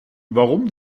warum